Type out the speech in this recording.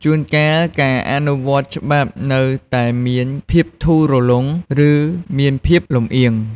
ជួនកាល ការអនុវត្តច្បាប់នៅតែមានភាពធូររលុង ឬមានភាពលម្អៀង ។